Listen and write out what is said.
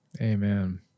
Amen